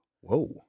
Whoa